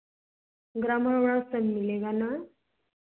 यहाँ सब मिलेगा ना